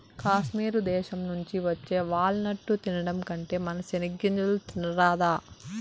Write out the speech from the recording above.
కాశ్మీర్ దేశం నుంచి వచ్చే వాల్ నట్టు తినడం కంటే మన సెనిగ్గింజలు తినరాదా